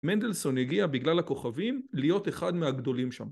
מנדלסון הגיע בגלל הכוכבים להיות אחד מהגדולים שם